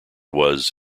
was